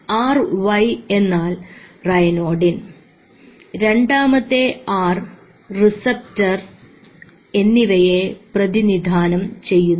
R Y എന്നാൽ ryanodine രണ്ടാമത്തെ R receptor എന്നിവയെ പ്രതിനിധാനം ചെയ്യുന്നു